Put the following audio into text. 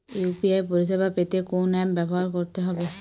UPI পরিসেবা পেতে কোন অ্যাপ ব্যবহার করতে হবে?